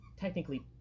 technically